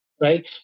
right